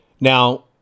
Now